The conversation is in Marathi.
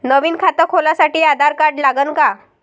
नवीन खात खोलासाठी आधार कार्ड लागन का?